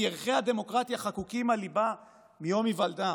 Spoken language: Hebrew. כי ערכי הדמוקרטיה חקוקים על ליבה מיום היוולדה,